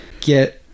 get